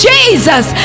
Jesus